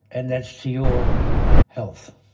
and that's to your health.